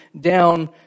down